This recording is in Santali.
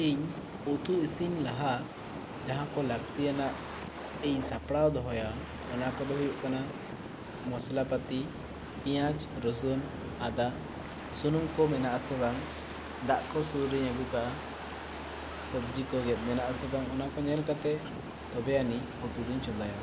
ᱤᱧ ᱩᱛᱩ ᱤᱥᱤᱱ ᱞᱟᱦᱟ ᱡᱟᱦᱟᱸ ᱠᱚ ᱞᱟ ᱠᱛᱤ ᱭᱟᱱᱟᱜ ᱤᱧ ᱥᱟᱯᱲᱟᱣ ᱫᱚᱦᱚᱭᱟ ᱚᱱᱟ ᱠᱚ ᱫᱚ ᱦᱩᱭᱩᱜ ᱠᱟᱱᱟ ᱢᱚᱥᱞᱟ ᱯᱟᱹᱛᱤ ᱯᱮᱭᱟᱡᱽ ᱨᱚᱹᱥᱩᱱ ᱟᱫᱟ ᱥᱩᱱᱩᱢ ᱠᱚ ᱢᱮᱱᱟᱜᱼᱟ ᱥᱮ ᱵᱟᱝ ᱫᱟᱜ ᱠᱚ ᱥᱩᱨ ᱨᱮᱧ ᱟᱹᱜᱩ ᱠᱟᱜᱼᱟ ᱥᱚᱵᱽᱡᱤ ᱠᱚ ᱜᱮᱫ ᱢᱮᱱᱟᱜᱼᱟ ᱥᱮ ᱵᱟᱝ ᱚᱱᱟ ᱠᱚ ᱧᱮᱞ ᱠᱟᱛᱮ ᱛᱚᱵᱮ ᱟᱹᱱᱤᱡ ᱩᱛᱩ ᱫᱚᱹᱧ ᱪᱚᱸᱫᱟᱭᱟ